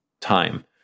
time